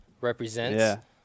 represents